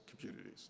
communities